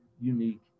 unique